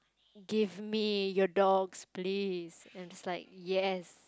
give me your dogs please and it's like yes